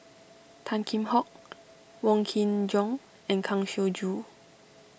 Tan Kheam Hock Wong Kin Jong and Kang Siong Joo